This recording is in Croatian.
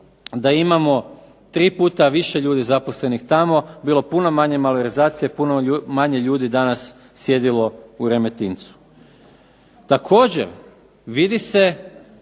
da imamo tri puta više ljudi zaposlenih tamo bilo puno manje malverzacija, puno manje ljudi danas sjedilo u Remetincu. Također vidi se